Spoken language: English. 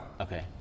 Okay